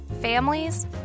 families